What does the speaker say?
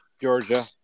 Georgia